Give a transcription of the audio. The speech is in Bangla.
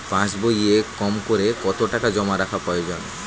পাশবইয়ে কমকরে কত টাকা জমা রাখা প্রয়োজন?